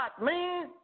man